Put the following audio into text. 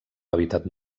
hàbitat